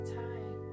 time